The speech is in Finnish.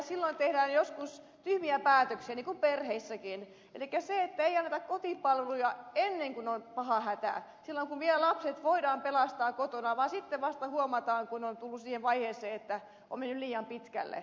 silloin tehdään joskus tyhmiä päätöksiä niin kuin perheissäkin elikkä ei anneta kotipalveluja ennen kuin on paha hätä silloin kun lapset vielä voidaan pelastaa kotona vaan sitten vasta huomataan kun on tultu siihen vaiheeseen että on mennyt liian pitkälle